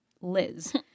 Liz